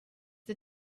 the